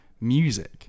music